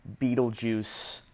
Beetlejuice